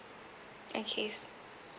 okay